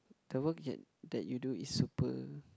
the work you that you do is super